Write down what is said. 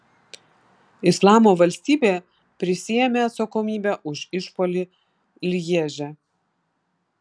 islamo valstybė prisiėmė atsakomybę už išpuolį lježe